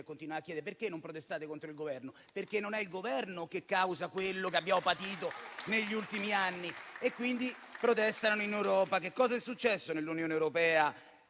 continuava a chiedere perché non protestassero contro il Governo. Non è il Governo che causa quello che abbiamo patito negli ultimi anni. E quindi perché protestano in Europa? Che cosa è successo nell'Unione europea